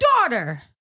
daughter